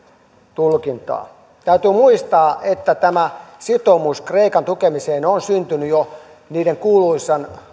tulkintaa täytyy muistaa että tämä sitoumus kreikan tukemiseen on syntynyt jo niiden kuuluisien